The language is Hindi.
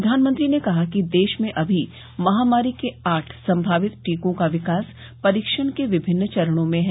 प्रधानमंत्री ने कहा कि देश में अभी महामारी के आठ संभावित टीकों का विकास परीक्षण के विभिन्न चरणों में है